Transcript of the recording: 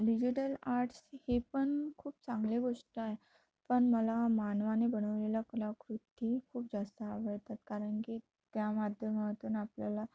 digital arts हे पण खूप चांगले गोष्ट आहे पण मला मानवाने बनवलेल्या कलाकृती खूप जास्त आवडतात कारण की त्या माध्यमातून आपल्याला